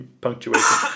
punctuation